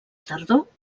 tardor